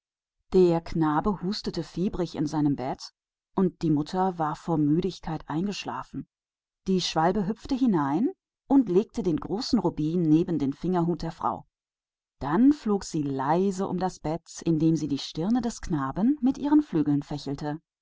der knabe warf sich fiebernd herum und die mutter war vor müdigkeit eingeschlafen hinein ins zimmer hüpfte der schwälberich und legte den rubin auf den tisch gerade neben den fingerhut der frau dann kreiste er leise um das bett und fächelte des jungen stirn mit den flügeln